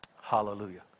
Hallelujah